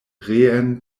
reen